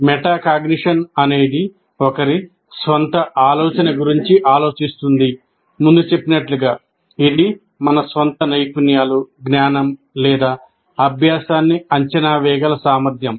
metacognition అనేది ఒకరి స్వంత ఆలోచన గురించి ఆలోచిస్తుంది ఇది మన స్వంత నైపుణ్యాలు జ్ఞానం లేదా అభ్యాసాన్ని అంచనా వేయగల సామర్థ్యం